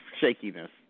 shakiness